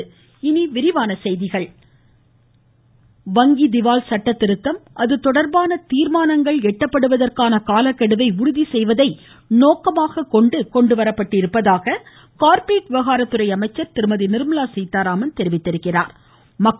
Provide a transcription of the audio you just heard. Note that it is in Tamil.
நிர்மலா சீதாராமன் வங்கி திவால் சட்ட திருத்தம் அதுதொடா்பான தீர்மானங்கள் எட்டப்படுவதற்கான காலக்கெடுவை உறுதி செய்வதை நோக்கமாக கொண்டு வரப்பட்டிருப்பதாக கார்பரேட் விவகாரத்துறை அமைச்சர் திருமதி நிர்மலா சீதாராமன் தெரிவித்திருக்கிறார்